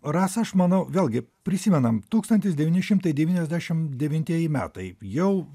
rasa aš manau vėlgi prisimenam tūkstantis devyni šimtai devyniasdešim devintieji metai jau